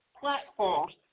platforms